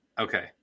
Okay